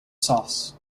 sauce